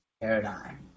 paradigm